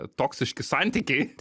toksiški santykiai